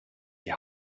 die